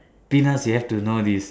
Penas you have to know this